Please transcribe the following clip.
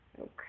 Okay